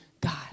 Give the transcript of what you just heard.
God